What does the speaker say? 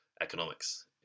economics